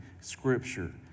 scripture